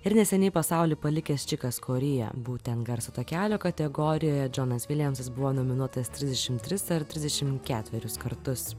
ir neseniai pasaulį palikęs čikas korij būtent garso takelio kategorijoje džonas viljamsas buvo nominuotas trisdešim tris ar trisdešim keturis kartus